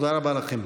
תודה רבה לכם.